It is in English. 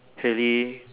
really